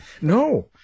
No